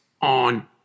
on